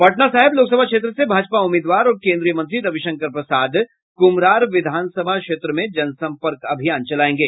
पटना साहिब लोकसभा क्षेत्र से भाजपा उम्मीदवार और केन्द्रीय मंत्री रविशंकर प्रसाद कुम्हरार विधानसभा क्षेत्र में जनसंपर्क अभियान चलायेंगे